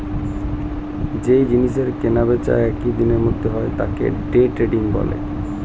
যেই জিনিসের কেনা বেচা একই দিনের মধ্যে হয় তাকে ডে ট্রেডিং বলে